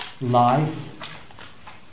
life